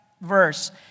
verse